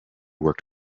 worked